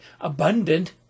Abundant